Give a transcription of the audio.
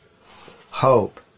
hope